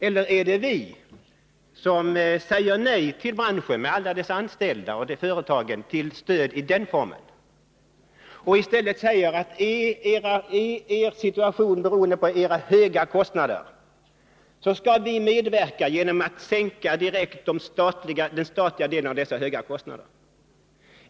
Eller är det vi som säger nej till att denna bransch, med alla dess företag och alla dess anställda, skall få stöd i denna form och i stället säger till branschen, att är er situation beroende på era höga kostnader, så skall vi medverka genom att direkt sänka den statliga delen av dessa höga kostnader?